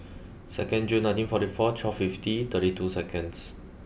second June nineteen forty four twelve fifty thirty two seconds